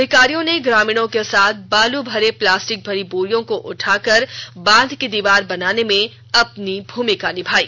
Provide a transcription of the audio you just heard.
अधिकारियों ने ग्रामीणों के साथ बालू भरे प्लास्टिक भरी बोरियों को उठाकर बांध की दीवार बनाने में भी अपनी भूमिका निभायी